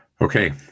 Okay